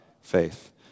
faith